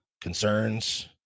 concerns